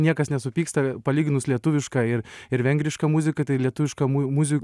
niekas nesupyksta palyginus lietuvišką ir ir vengrišką muziką tai lietuviška mu muzi